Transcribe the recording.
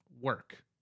work